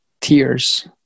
tears